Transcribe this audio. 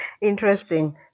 Interesting